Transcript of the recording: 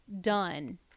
done